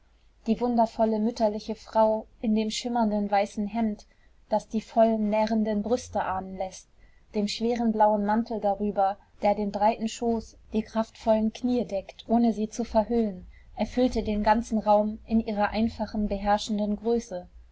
die wundervolle mütterliche frau in dem schimmernden weißen hemd das die vollen nährenden brüste ahnen läßt dem schweren blauen mantel darüber der den breiten schoß die kraftvollen knie deckt ohne sie zu verhüllen erfüllte den ganzen raum in ihrer einfachen beherrschenden größe